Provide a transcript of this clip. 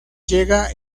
llega